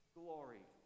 glory